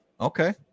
Okay